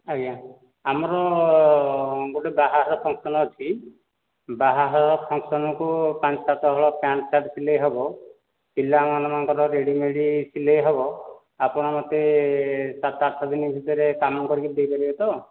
ଆଜ୍ଞା ଆମର ଗୋଟିଏ ବାହାଘର ଫଙ୍କସନ୍ ଅଛି ବାହାଘର ଫଙ୍କସନ୍କୁ ପାଞ୍ଚ ସାତ ହଳ ପ୍ୟାଣ୍ଟ ସାର୍ଟ ସିଲେଇ ହେବ ପିଲାମାନଙ୍କର ରେଡ଼ିମେଡ଼୍ ସିଲାଇ ହେବ ଆପଣ ମୋତେ ସାତ ଆଠ ଦିନ ଭିତରେ କାମ କରିକି ଦେଇପାରିବେ ତ